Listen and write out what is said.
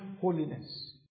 holiness